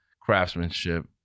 craftsmanship